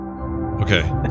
Okay